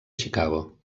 chicago